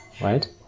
right